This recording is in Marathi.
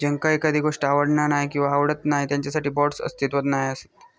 ज्यांका एखादी गोष्ट आवडना नाय किंवा आवडत नाय त्यांच्यासाठी बाँड्स अस्तित्वात नाय असत